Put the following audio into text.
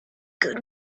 good